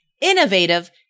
innovative